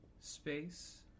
space